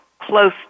close